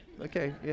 okay